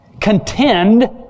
Contend